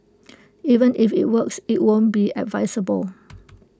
even if IT works IT won't be advisable